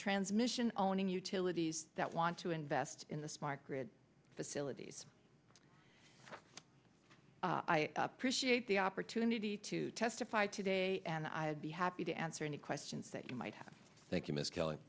transmission owning utilities that want to invest in the smart grid facility aides i appreciate the opportunity to testify today and i'd be happy to answer any questions that you might have thank you ms kelly